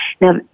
Now